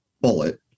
bullet